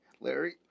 Larry